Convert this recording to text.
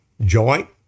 joint